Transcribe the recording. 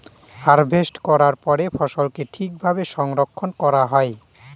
harvest করার পরে ফসলকে ঠিক ভাবে সংরক্ষন করা হয়